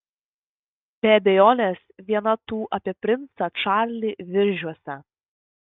be abejonės viena tų apie princą čarlį viržiuose